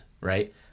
right